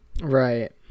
right